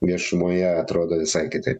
viešumoje atrodo visai kitaip